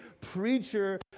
preacher